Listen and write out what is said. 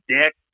dick